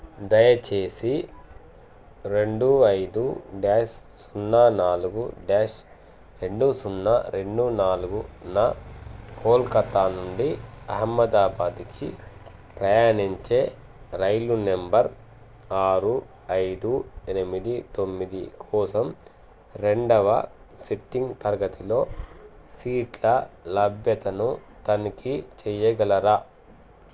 దయచేసి రెండు ఐదు డాష్ సున్నా నాలుగు డాష్ రెండు సున్నా రెండు నాలుగున కోల్కతా నుండి అహ్మదాబాద్కి ప్రయాణించే రైలు నంబర్ ఆరు ఐదు ఎనిమిది తొమ్మిది కోసం రెండవ సిట్టింగ్ తరగతిలో సీట్ల లభ్యతను తనిఖీ చెయ్యగలరా